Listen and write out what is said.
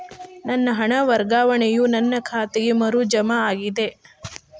ನನ್ನ ಹಣ ವರ್ಗಾವಣೆಯು ನನ್ನ ಖಾತೆಗೆ ಮರು ಜಮಾ ಆಗಿದೆ